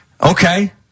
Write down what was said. Okay